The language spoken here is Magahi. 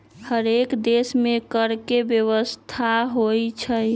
हरेक देश में कर के व्यवस्था होइ छइ